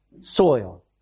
soil